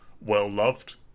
well-loved